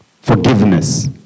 forgiveness